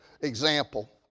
example